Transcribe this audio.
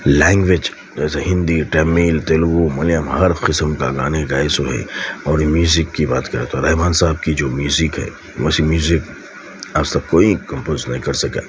language جیسے ہندی تمل تیلگو ملیالم ہر قسم کا گانے گائے سو انہیں اور میوزک کی بات کریں تو رحمان صاحب کی جو میوزک ہے ویسی میوزک آج تک کوئی کمپوز نہیں کر سکا